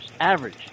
average